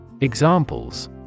Examples